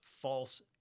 false